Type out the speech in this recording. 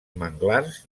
manglars